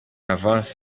avance